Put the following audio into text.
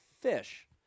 fish